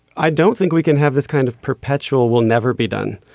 i don't think we can have this kind of perpetual will never be done.